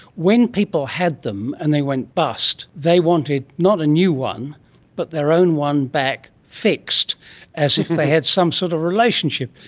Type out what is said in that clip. when people had them and they went bust, they wanted not a new one but their own one back fixed as if they had some sort of relationship.